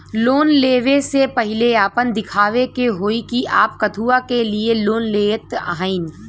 Loan ले वे से पहिले आपन दिखावे के होई कि आप कथुआ के लिए लोन लेत हईन?